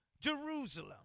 Jerusalem